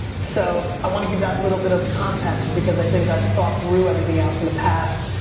so, i wanna give that little bit of context because i think i've thought through everything else in the past.